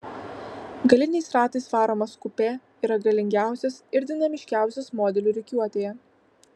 galiniais ratais varomas kupė yra galingiausias ir dinamiškiausias modelių rikiuotėje